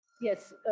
Yes